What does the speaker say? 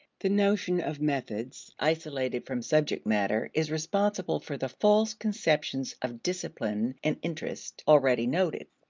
the notion of methods isolated from subject matter is responsible for the false conceptions of discipline and interest already noted.